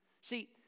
See